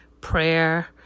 prayer